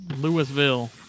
Louisville